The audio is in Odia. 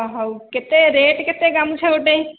ହେଉ କେତେ ରେଟ୍ କେତେ ଗାମୁଛା ଗୋଟାଏ